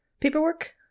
paperwork